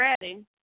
ready